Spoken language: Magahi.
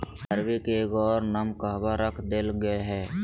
अरबी के एगो और नाम कहवा रख देल गेलय हें